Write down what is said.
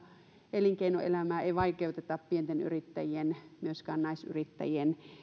elinkeinoelämää ei vaikeuteta pienten yrittäjien myöskään naisyrittäjien